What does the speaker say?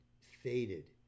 faded